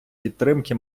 підтримки